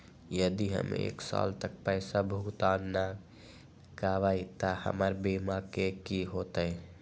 यदि हम एक साल तक पैसा भुगतान न कवै त हमर बीमा के की होतै?